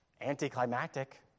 anticlimactic